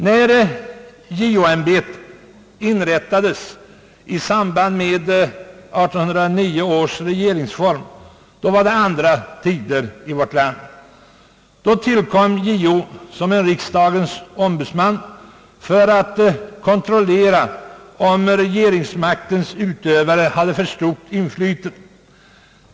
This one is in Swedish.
När JO ämbetet inrättades i samband med 1809 års regeringsform rådde andra tider i vårt land. Då tillkom JO såsom en riksdagens ombudsman för att kontrollera om regeringsmaktens utövare hade för stort inflytande.